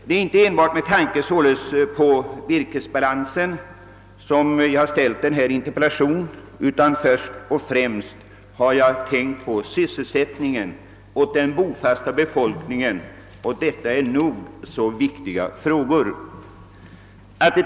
Det är sålunda inte bara med tanke på virkesbalansen som jag framställt interpellationen, utan jag har först och främst tänkt på sysselsättningen för befolkningen i områdena, och det är nog så viktiga frågor.